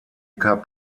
cup